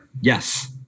Yes